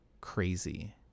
crazy